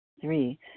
Three